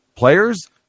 players